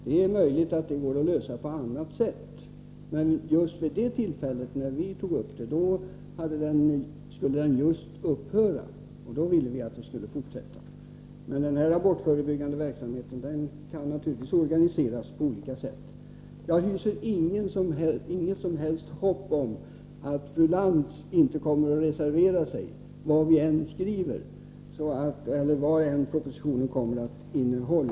Det är möjligt att frågan kan lösas på ett eller annat sätt. Men just vid det tillfälle då vi tog upp frågan skulle tjänsten upphöra. Då ville vi att den skulle förlängas. Abortförebyggande verksamhet kan naturligtvis organiseras på olika sätt. Men jag hyser inget som helst hopp om att fru Lantz inte kommer att reservera sig vad vi än skriver eller vad propositionen än kommer att innehålla.